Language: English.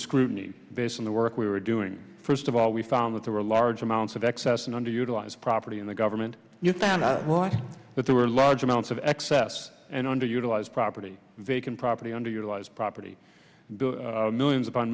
scrutiny based on the work we were doing first of all we found that there were large amounts of excess and underutilized property in the government used them as well as that there were large amounts of excess and underutilized property vacant property underutilized property the millions upon